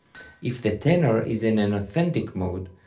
if the tenor is in an authentic mode,